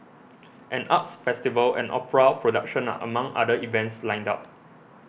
an arts festival and opera production are among other events lined up